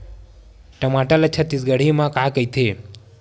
टमाटर ला छत्तीसगढ़ी मा का कइथे?